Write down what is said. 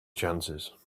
chances